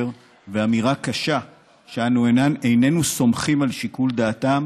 ואמירה קשה שאנו איננו סומכים על שיקול דעתם,